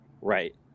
right